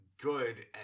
good